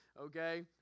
okay